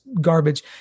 garbage